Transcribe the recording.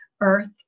earth